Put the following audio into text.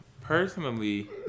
Personally